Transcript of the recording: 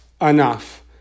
enough